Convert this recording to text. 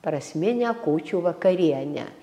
prasminę kūčių vakarienę